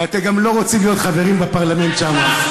ואתם גם לא רוצים להיות חברים בפרלמנט שם.